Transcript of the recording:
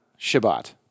Shabbat